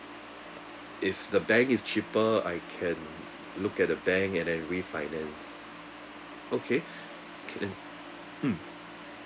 if the bank is cheaper I can look at the bank and then refinance okay can mm